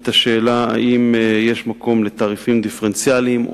את השאלה אם יש מקום לתעריפים דיפרנציאליים,